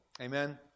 Amen